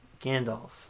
Gandalf